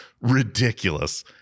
ridiculous